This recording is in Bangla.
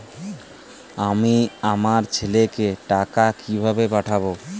আমি আমার ছেলেকে টাকা কিভাবে পাঠাব?